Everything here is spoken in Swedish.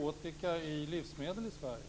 Sverige?